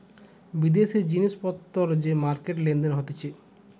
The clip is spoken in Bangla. বিদেশি জিনিস পত্তর যে মার্কেটে লেনদেন হতিছে